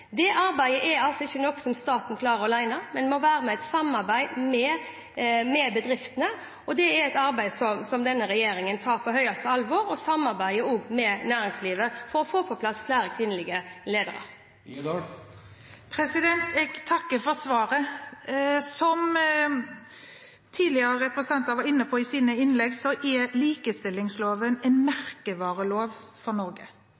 Det arbeidet er ikke noe som staten klarer alene, det må være i et samarbeid med bedriftene. Det er et arbeid som denne regjeringen tar på største alvor, og vi samarbeider også med næringslivet for å få på plass flere kvinnelige ledere. Jeg takker for svaret. Som tidligere representanter har vært inne på i sine innlegg, er likestillingsloven en merkevarelov for Norge.